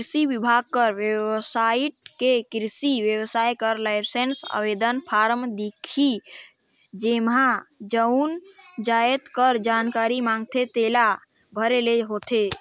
किरसी बिभाग कर बेबसाइट में किरसी बेवसाय बर लाइसेंस आवेदन फारम दिखही जेम्हां जउन जाएत कर जानकारी मांगथे तेला भरे ले होथे